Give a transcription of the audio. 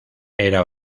era